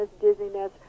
dizziness